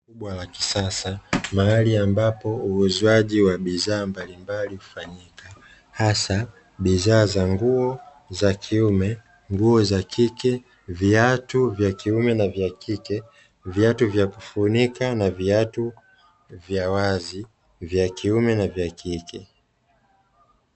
Duka kubwa la kisasa mahali ambapo uuzwaji wa bidhaa mbalimbali hufanyika, hasa: bidhaa za nguo za kiume, nguo za kike, viatu vya kiume na vya kike, viatu vya kufunika na viatu vya wazi, vya kiume na vya kike.